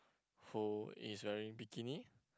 who is wearing bikini